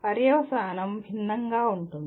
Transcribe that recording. పర్యవసానం భిన్నంగా ఉంటుంది